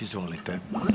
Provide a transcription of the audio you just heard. Izvolite.